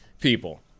people